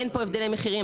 אין פה הבדלי מחירים,